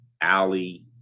alley